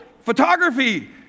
photography